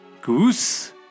Goose